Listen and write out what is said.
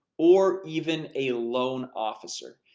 or even a loan officer.